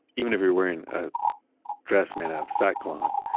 even if you're wearing a dress made out of sackcloth,